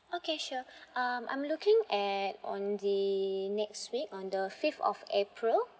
okay sure um I'm looking at on the next week on the fifth of april